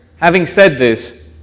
having said this,